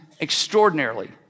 extraordinarily